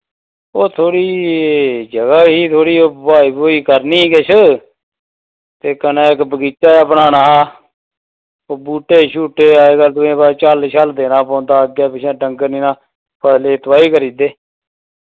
ओह् थोह्ड़ी जगह् ही थोह्ड़ी बुआही बुऊई करनी किश ते कन्नै इ बगीचा जेहा बनाना ऐ ओह् बूह्टे शूह्टे अज्ज कल तुहें ई पता झल्ल शल्ल देना पौंदा अग्गै पिच्छै डंगर निना फसलै दी तबाही करी ओड़दे